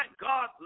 God